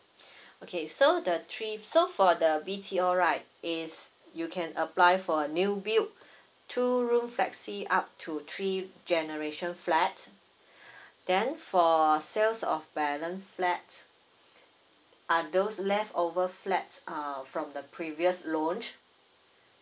okay so the three so for the B_T_O right is you can apply for a new build two room flexi up to three generation flat then for sales of balance flat are those leftover flat uh from the previous launch